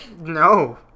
No